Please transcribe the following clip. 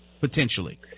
potentially